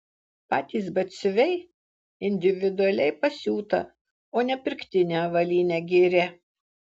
patys batsiuviai individualiai pasiūtą o ne pirktinę avalynę giria